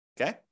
Okay